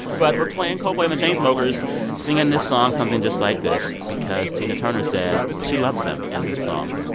but we're playing coldplay and the chainsmokers singing this song, something just like this, because tina turner said she loves them and this song.